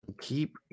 keep